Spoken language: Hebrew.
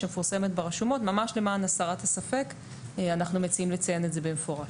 שמפורסמת ברשומות אנחנו מציעים לציין את זה במפורש.